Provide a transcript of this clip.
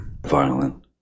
Violent